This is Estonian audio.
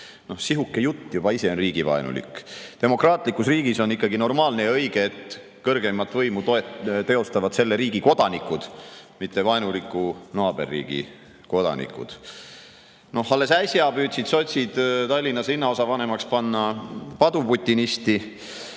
Sihuke jutt on juba ise riigivaenulik. Demokraatlikus riigis on ikkagi normaalne ja õige, et kõrgeimat võimu teostavad selle riigi kodanikud, mitte vaenuliku naaberriigi kodanikud. Alles äsja püüdsid sotsid Tallinnas linnaosavanemaks panna paduputinisti.